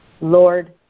Lord